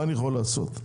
מה אפשר לעשות?